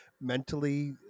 mentally